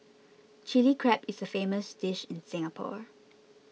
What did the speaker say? Chilli Crab is a famous dish in Singapore